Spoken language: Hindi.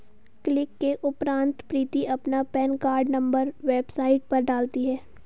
क्लिक के उपरांत प्रीति अपना पेन कार्ड नंबर वेबसाइट पर डालती है